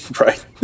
right